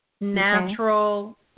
natural